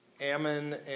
Ammon